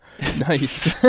Nice